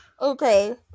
okay